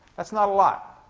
that's not a lot,